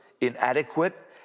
inadequate